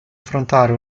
affrontare